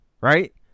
Right